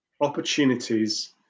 opportunities